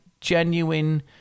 genuine